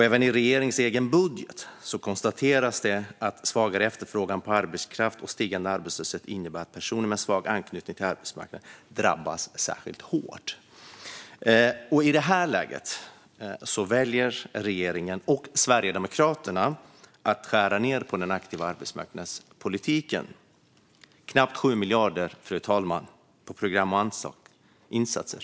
Även i regeringens egen budget konstateras det att svagare efterfrågan på arbetskraft och stigande arbetslöshet innebär att personer med svag anknytning till arbetsmarknaden drabbas särskilt hårt. I detta läge, fru talman, väljer regeringen och Sverigedemokraterna att skära ned på den aktiva arbetsmarknadspolitiken - knappt 7 miljarder går till program och insatser.